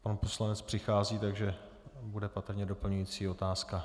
Pan poslanec přichází, takže bude patrně doplňující otázka.